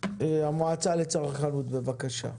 נציג המועצה לצרכנות, בבקשה.